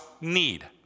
need